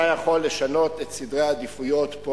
אתה יכול לשנות את סדרי העדיפויות פה,